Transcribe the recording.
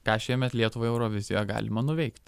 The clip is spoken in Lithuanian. ką šiemet lietuvai eurovizijoj galima nuveikti